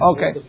Okay